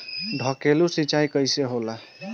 ढकेलु सिंचाई कैसे होला?